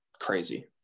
crazy